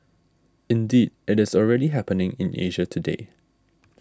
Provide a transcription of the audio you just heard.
indeed it is already happening in Asia today